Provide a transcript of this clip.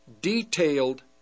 detailed